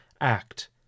act